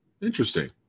Interesting